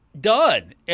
Done